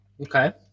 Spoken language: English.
Okay